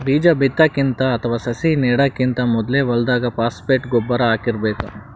ಬೀಜಾ ಬಿತ್ತಕ್ಕಿಂತ ಅಥವಾ ಸಸಿ ನೆಡಕ್ಕಿಂತ್ ಮೊದ್ಲೇ ಹೊಲ್ದಾಗ ಫಾಸ್ಫೇಟ್ ಗೊಬ್ಬರ್ ಹಾಕಿರ್ಬೇಕ್